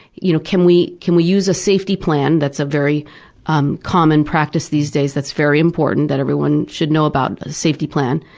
you know can we can we use a safety plan? that's a very um common practice these days that's very important that everyone should know about, a safety plan.